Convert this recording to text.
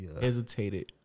hesitated